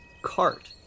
Cart